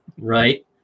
Right